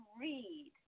read